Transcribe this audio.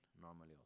normally